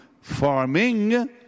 farming